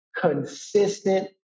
consistent